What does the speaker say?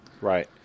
right